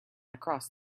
across